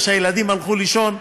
וכשהילדים הלכו לישון,